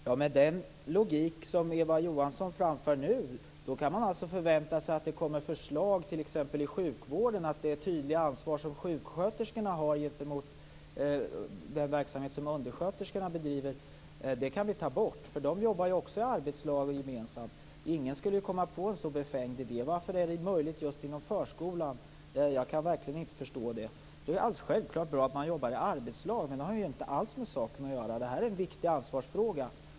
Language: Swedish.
Fru talman! Med den logik som Eva Johansson framför nu, kan man alltså förvänta sig att det kommer förslag t.ex. i sjukvården om att det tydliga ansvar som sjuksköterskorna har gentemot den verksamhet som undersköterskorna bedriver kan tas bort. De jobbar ju också i arbetslag gemensamt. Ingen skulle ju komma på en så befängd idé. Varför är det möjligt just inom förskolan? Jag kan verkligen inte förstå det. Det är alldeles självklart bra att man arbetar i arbetslag, men det har ju inte alls med saken att göra. Detta är en viktig ansvarsfråga.